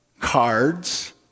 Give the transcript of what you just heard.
cards